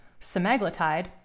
semaglutide